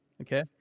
Okay